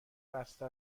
بسته